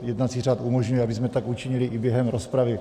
Jednací řád umožňuje, abychom tak učinili i během rozpravy.